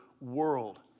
world